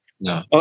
No